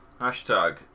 hashtag